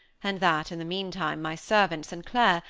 and that in the meantime my servant, st. clair,